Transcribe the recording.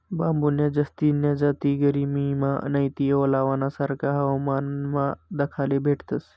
बांबून्या जास्तीन्या जाती गरमीमा नैते ओलावाना सारखा हवामानमा दखाले भेटतस